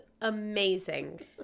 amazing